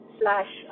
slash